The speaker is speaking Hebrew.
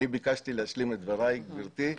אני ביקשתי להשלים את דבריי, גברתי.